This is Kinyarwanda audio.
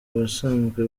basanzwe